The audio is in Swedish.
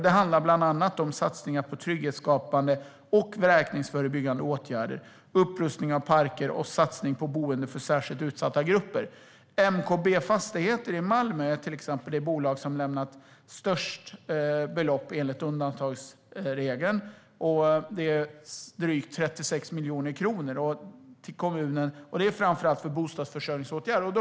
Det handlar bland annat om satsningar på trygghetsskapande och vräkningsförebyggande åtgärder, upprustning av parker och satsning på boende för särskilt utsatta grupper. MKB Fastighets AB i Malmö är det bolag som i enlighet med undantagsregeln har lämnat störst belopp till kommunen. Det är drygt 36 miljoner kronor till framför allt bostadsförsörjningsåtgärder.